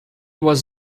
was